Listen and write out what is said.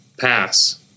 Pass